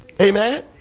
Amen